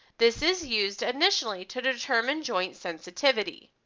this is used initially to determine joint sensitivity.